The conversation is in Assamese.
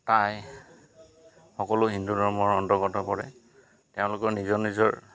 টাই সকলো হিন্দু ধৰ্মৰ অন্তৰ্গত পৰে তেওঁলোকৰ নিজৰ নিজৰ